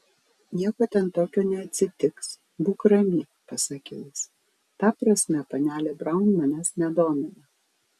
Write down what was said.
nieko ten tokio neatsitiks būk rami pasakė jis ta prasme panelė braun manęs nedomina